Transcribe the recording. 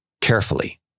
carefully